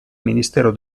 ministero